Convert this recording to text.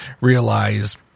realize